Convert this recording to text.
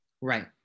right